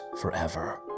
forever